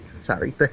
Sorry